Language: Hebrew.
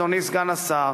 אדוני סגן השר,